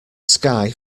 sky